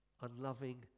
unloving